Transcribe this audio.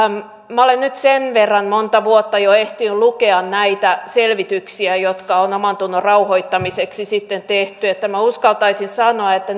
minä olen nyt sen verran monta vuotta jo ehtinyt lukea näitä selvityksiä jotka sitten on omantunnon rauhoittamiseksi tehty että minä uskaltaisin sanoa että